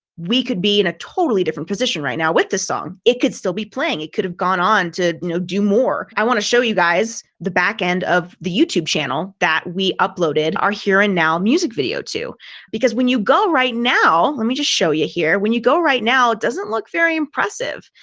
we could be in a totally different position right now with the song it could still be playing it could have gone on to you know do more. i want to show you guys the back end of the youtube channel that we uploaded our here and now music video to because when you go right now, let me just show you here when you go right now it doesn't look very impressive.